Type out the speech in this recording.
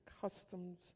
customs